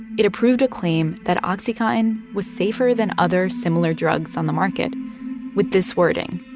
it approved a claim that oxycontin was safer than other, similar drugs on the market with this wording,